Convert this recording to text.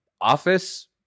office